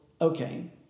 Okay